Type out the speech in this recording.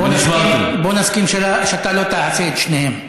בוא נסכים שאתה לא תעשה את שניהם.